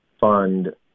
fund